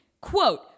Quote